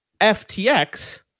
FTX